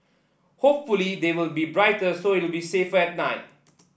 hopefully they will be brighter so it'll be safer at night